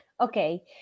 Okay